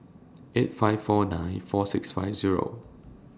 eight five four nine four six five Zero